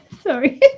sorry